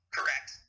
Correct